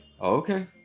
Okay